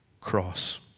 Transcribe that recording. cross